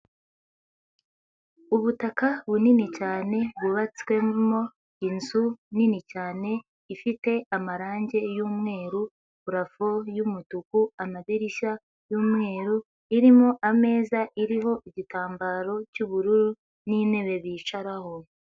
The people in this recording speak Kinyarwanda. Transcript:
Ubutaka bunini cyane bwubatswemo inzu nini cyane ifite amarangi y'umweru, purafu y'umutuku, amadirishya y'umweru, irimo ameza, iriho igitambaro cy'ubururu n'intebe bicaraho.